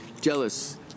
Jealous